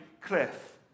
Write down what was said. cliff